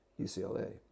UCLA